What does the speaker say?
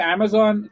Amazon